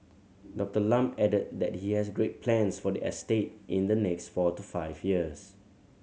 Doctor Lam added that he has great plans for the estate in the next four to five years